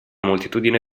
moltitudine